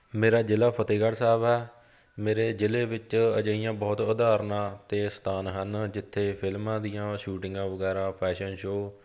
ਮੇਰਾ ਜ਼ਿਲ੍ਹਾ ਫਤਿਹਗੜ੍ਹ ਸਾਹਿਬ ਆ ਮੇਰੇ ਜ਼ਿਲ੍ਹੇ ਵਿੱਚ ਅਜਿਹੀਆਂ ਬਹੁਤ ਉਦਾਹਰਨਾਂ ਅਤੇ ਸਥਾਨ ਹਨ ਜਿੱਥੇ ਫਿਲਮਾਂ ਦੀਆਂ ਸ਼ੂਟਿੰਗਾਂ ਵਗੈਰਾ ਫੈਸ਼ਨ ਸ਼ੋਅ